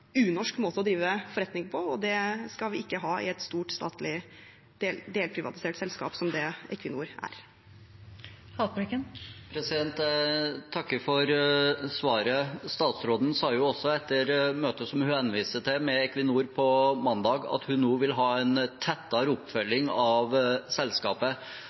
unorsk måte å drive forretning på, og det skal vi ikke ha i et stort statlig delprivatisert selskap som det Equinor er. Jeg takker for svaret. Statsråden sa etter møtet med Equinor på mandag som hun henviser til, at hun nå vil ha en tettere oppfølging av selskapet,